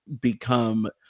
become